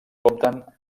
compten